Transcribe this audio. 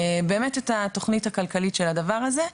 באמת את התכנית הכלכלית של הדבר הזה,